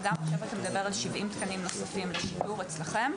גם עכשיו אתה מדבר על 70 תקנים נוספים לשיטור אצלכם.